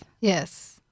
Yes